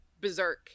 berserk